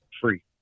free